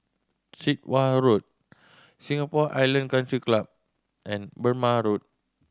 Sit Wah Road Singapore Island Country Club and Burmah Road